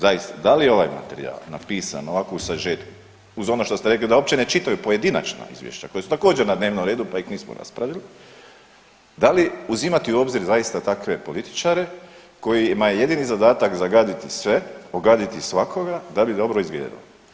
Zaista, da li je ovaj materijal napisan ovako u sažetku uz ono što ste rekli da uopće ne čitaju pojedinačna izvješća koja su također na dnevnom redu pa ih nismo raspravili, da li uzimati u obzir zaista takve političare kojima je jedini zadatak zagaditi sve, ogaditi svakoga da bi dobro izgledali.